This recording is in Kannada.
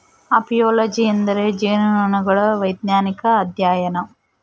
ಅಪಿಯೊಲೊಜಿ ಎಂದರೆ ಜೇನುನೊಣಗಳ ವೈಜ್ಞಾನಿಕ ಅಧ್ಯಯನ